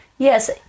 Yes